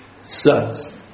sons